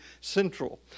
central